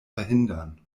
verhindern